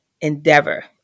endeavor